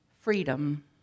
Freedom